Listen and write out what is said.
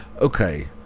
Okay